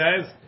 says